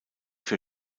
für